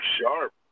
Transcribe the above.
sharp